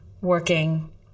working